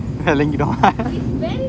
வெளங்கிடும்:velangidum